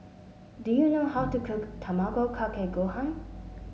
do you know how to cook Tamago Kake Gohan